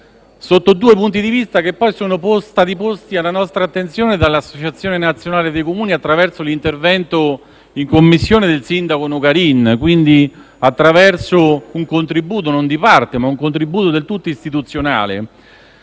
sotto due profili, che sono stati posti alla nostra attenzione dall'Associazione nazionale dei Comuni, attraverso l'intervento in Commissione del sindaco Nogarin, quindi attraverso un contributo non di parte ma del tutto istituzionale.